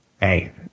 Hey